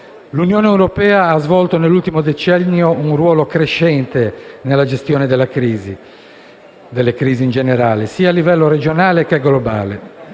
L'Unione europea ha svolto nell'ultimo decennio un ruolo crescente nella gestione delle crisi in generale, sia a livello regionale che globale.